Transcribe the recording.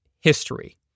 history